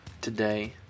Today